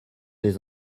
les